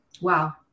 Wow